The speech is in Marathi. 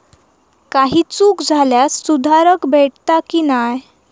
काही चूक झाल्यास सुधारक भेटता की नाय?